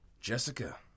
Jessica